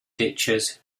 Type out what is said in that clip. ditches